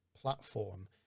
platform